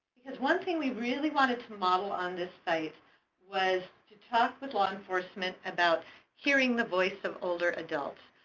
one thing we really wanted to model on this site was to talk with law enforcement about hearing the voice of older adults.